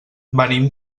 venim